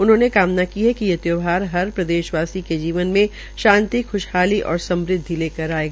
उन्होंने कामना की है कि ये त्यौहार हर प्रदेशवासियों के जीवन में शांति खुशहाली और समृद्वि लेकर आये